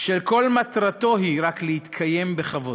שכל מטרתו היא רק להתקיים בכבוד.